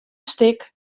stik